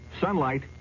Sunlight